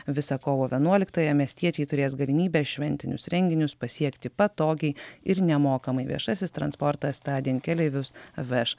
visą kovo vienuoliktąją miestiečiai turės galimybę šventinius renginius pasiekti patogiai ir nemokamai viešasis transportas tądien keleivius veš